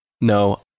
No